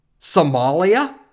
Somalia